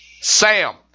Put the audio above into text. Sam